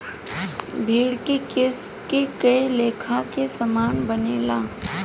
भेड़ के केश से कए लेखा के सामान बनेला